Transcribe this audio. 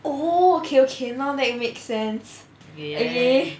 oh okay okay now that make sense okay